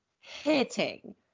hitting